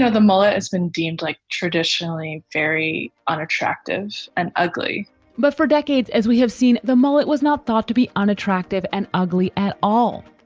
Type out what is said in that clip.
ah the mullet has been deemed like traditionally very unattractive and ugly but for decades, as we have seen, the mullet was not thought to be unattractive and ugly at all.